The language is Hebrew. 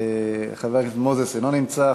חבר הכנסת מוזס, אינו נמצא.